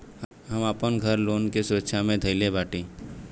हम आपन घर लोन के सुरक्षा मे धईले बाटी